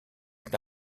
est